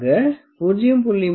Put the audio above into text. ஆக 0